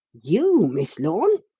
you, miss lorne?